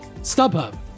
StubHub